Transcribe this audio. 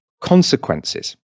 consequences